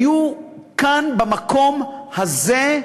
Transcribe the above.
זה היה אחד השבועות היותר-קשים